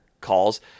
calls